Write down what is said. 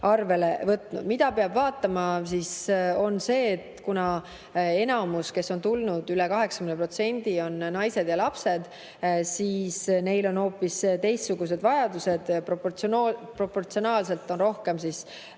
arvele võtnud. Mida peab vaatama, on see, et enamik tulnutest, üle 80%, on naised ja lapsed ning neil on hoopis teistsugused vajadused. Proportsionaalselt on rohkem naisi,